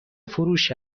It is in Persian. فروش